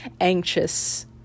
anxious